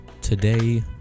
today